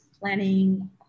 planning